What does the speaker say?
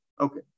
Okay